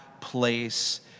place